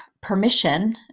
permission